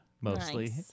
mostly